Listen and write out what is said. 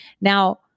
Now